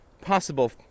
possible